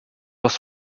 was